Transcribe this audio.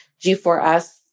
G4S